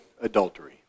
adultery